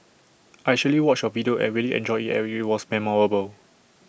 I actually watched your video and really enjoyed IT and IT was memorable